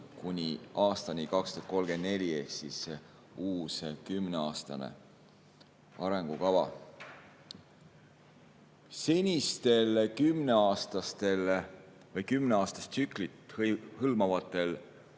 kuni aastani 2034 ehk siis uus kümneaastane arengukava. Senistel kümneaastastel või kümneaastast tsüklit hõlmavatel